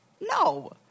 No